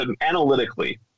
Analytically